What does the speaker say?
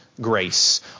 grace